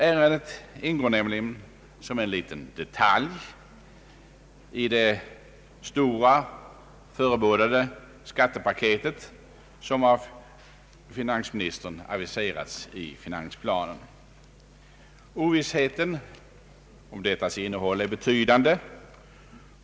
Ärendet ingår som en liten detalj i det stora skattepaket som av finansministern aviserats i finansplanen. Ovissheten om skattepaketets innehåll är betydande.